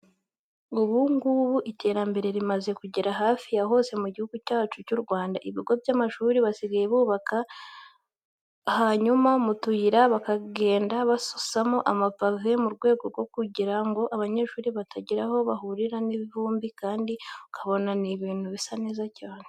Ubu ngubu iterambere rimaze kugera hafi ya hose mu gihugu cyacu cy'u Rwanda. Ibigo by'amashuri basigaye bubaka, hanyuma mu tuyira bakagenda basasamo amapave mu rwego rwo kugira ngo abanyeshuri batagira aho bahurira n'ivumbi kandi ukabona ni ibintu bisa neza cyane.